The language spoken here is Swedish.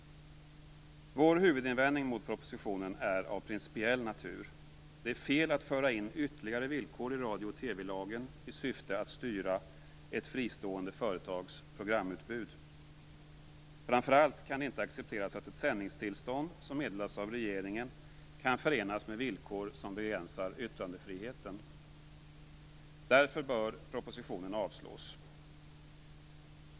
Vår huvudinvändning mot propositionen är av principiell natur. Det är fel att föra in ytterligare villkor i radio och TV-lagen i syfte att styra ett fristående företags programutbud. Framför allt kan det inte accepteras att ett sändningstillstånd, som meddelas av regeringen, kan förenas med villkor som begränsar yttrandefriheten. Därför bör propositionen avslås.